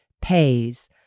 pays